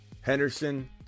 Henderson